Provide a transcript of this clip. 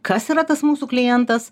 kas yra tas mūsų klientas